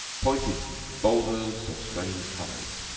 pointed bowlders of strange colors,